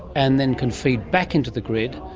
and then can feed back into the grid,